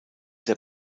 der